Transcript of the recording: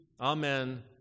amen